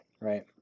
right